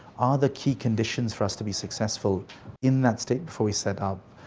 are the key conditions for us to be successful in that state before we set up.